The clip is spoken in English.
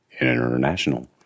International